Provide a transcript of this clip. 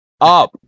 up